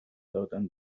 دادن